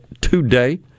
today